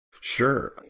Sure